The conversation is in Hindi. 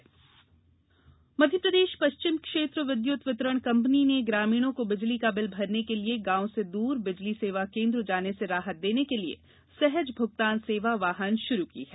सहज भुगतान सेवा मध्यप्रदेष पष्चिम क्षेत्र विद्युत वितरण कंपनी ने ग्रामीणों को बिजली का बिल भरने के लिए गांव से दूर बिजली सेवा केंद्र जाने से राहत देने के लिए सहज भुगतान सेवा वाहन षुरु की है